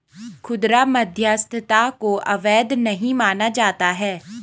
खुदरा मध्यस्थता को अवैध नहीं माना जाता है